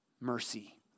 mercy